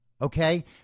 okay